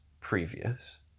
previous